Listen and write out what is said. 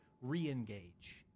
re-engage